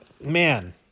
man